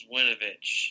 Winovich